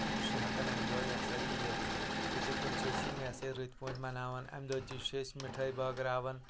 تہٕ یہِ چھُ ہٮ۪کَان اَمہِ دۄہ یہِ ہَسا یہِ یِتھ یِتھٕے کٲٹھۍ چھِ أسۍ یِم یہِ ہَسا یہِ رٔتۍ پٲٹھۍ مَناوَان اَمہِ دۄہ تہِ چھِ أسۍ مِٹھٲے بٲگراوَان